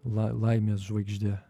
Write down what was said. laimės žvaigžde